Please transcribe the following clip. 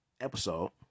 episode